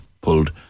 pulled